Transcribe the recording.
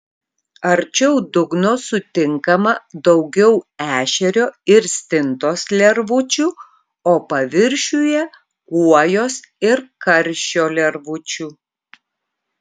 arčiau dugno sutinkama daugiau ešerio ir stintos lervučių o paviršiuje kuojos ir karšio lervučių